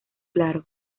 claro